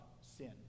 sin